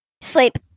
Sleep